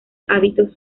hábitos